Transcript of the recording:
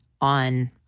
on